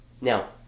Now